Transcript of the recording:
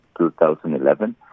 2011